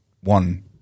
one